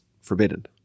forbidden